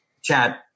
chat